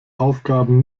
aufgaben